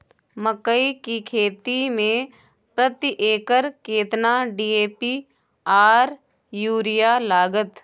मकई की खेती में प्रति एकर केतना डी.ए.पी आर यूरिया लागत?